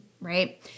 right